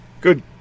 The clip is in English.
Good